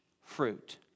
fruit